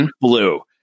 blue